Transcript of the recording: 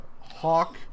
Hawk